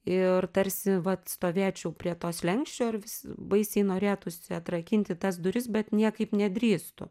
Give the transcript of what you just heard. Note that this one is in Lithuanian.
ir tarsi vat stovėčiau prie to slenksčio ir vis baisiai norėtųsi atrakinti tas duris bet niekaip nedrįstu